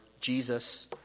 Jesus